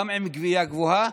גם עם גבייה גבוהה,